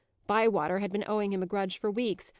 bywater had been owing him a grudge for weeks,